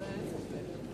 בבקשה.